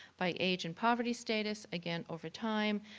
by age and poverty status. again, over time.